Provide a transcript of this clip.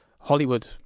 Hollywood